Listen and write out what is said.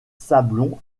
sablons